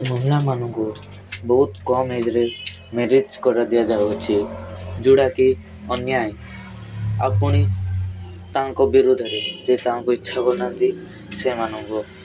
ମହିଳାମାନଙ୍କୁ ବହୁତ କମ୍ ଏଜ୍ ରେ ମ୍ୟାରେଜ୍ କରି ଦିଆଯାଉଅଛି ଯୋଉଟାକି ଅନ୍ୟାୟ ଆଉ ପୁଣି ତାଙ୍କ ବିରୁଦ୍ଧରେ ଯିଏ ତାଙ୍କୁ ଇଚ୍ଛା କରୁନାହାନ୍ତି ସେମାନଙ୍କୁ